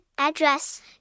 Address